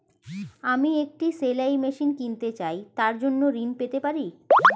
আমি একটি সেলাই মেশিন কিনতে চাই তার জন্য ঋণ পেতে পারি?